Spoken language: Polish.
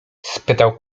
spytał